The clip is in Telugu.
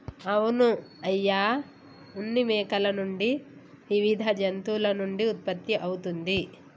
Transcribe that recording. అవును అయ్య ఉన్ని మేకల నుండి వివిధ జంతువుల నుండి ఉత్పత్తి అవుతుంది